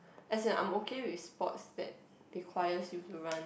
as in I'm okay with sports that requires you to run